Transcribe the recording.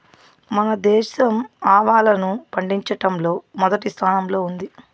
మన దేశం ఆవాలను పండిచటంలో మొదటి స్థానం లో ఉంది